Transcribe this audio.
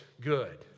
good